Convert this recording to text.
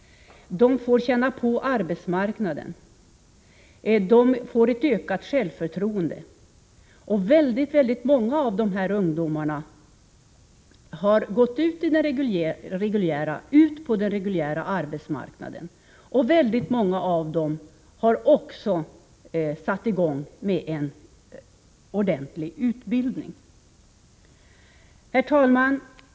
De får känna på arbetsmarknaden. De får ett ökat självförtroende. Väldigt många av de här ungdomarna har gått ut i den reguljära arbetsmarknaden, och väldigt många har också satt i gång med en ordentlig utbildning. Herr talman!